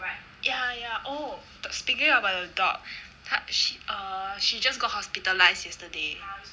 ya ya oh speaking about the dog 她 she uh she just got hospitalised yesterday